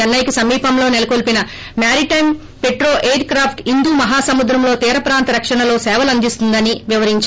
చెన్నె కి సమీపంలో సెలకొల్పిన మారీటైమ్ పెట్రో ఎయిర్ క్రాప్ట్ హిందు మహా సముద్రంలో తీర ప్రాంత రక్షణలో సేవలందిన్తోందని వివరించారు